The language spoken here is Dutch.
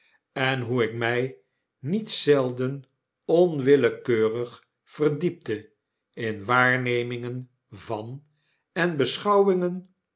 en hoe ik my niet zelden onwillekeurig verdiepte in waarnemingen van en beschouwingen